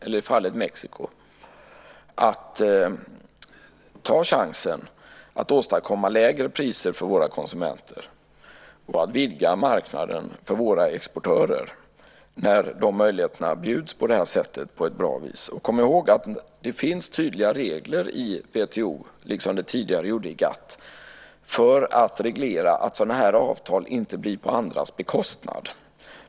Det gäller att ta chansen att åstadkomma lägre priser för våra konsumenter och vidga marknaden för våra exportörer när dessa möjligheter bjuds på ett bra vis. Kom ihåg att det finns tydliga regler i WTO, liksom det tidigare gjorde i GATT, för att reglera att sådana här avtal inte blir på andras bekostnad.